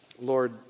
Lord